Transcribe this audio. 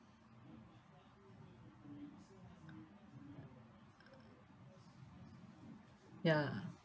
ya